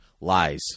Lies